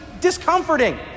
discomforting